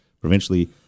provincially